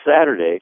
Saturday